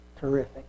Terrific